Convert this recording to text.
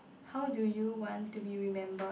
how do you want to be remembered